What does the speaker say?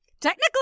Technically